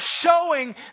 showing